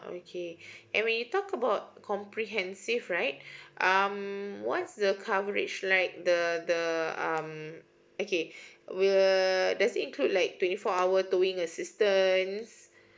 okay and we talk about comprehensive right um what's the coverage like the the um okay will does it include like twenty four hour towing assistance